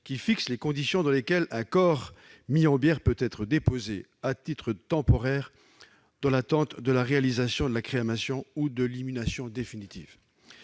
qui fixe les conditions dans lesquelles un corps mis en bière peut être déposé à titre temporaire dans l'attente de la réalisation de la crémation ou de l'inhumation définitive.